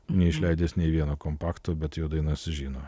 neišleidęs nė vieno kompakto bet jo dainas žino